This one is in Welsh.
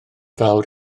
fawr